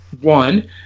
one